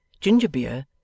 ginger-beer